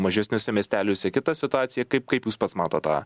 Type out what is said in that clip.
mažesniuose miesteliuose kita situacija kaip kaip jūs pats matot tą